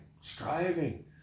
striving